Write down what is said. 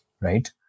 right